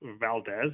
Valdez